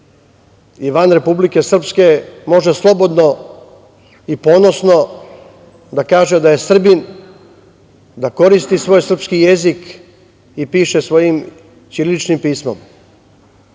i van Republike Srpske može slobodno i ponosno da kaže da je Srbin, da koristi svoj srpski jezik i piše svojim ćiriličnim pismom,